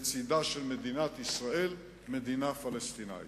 לצדה של מדינת ישראל, מדינה פלסטינית.